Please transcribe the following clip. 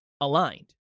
aligned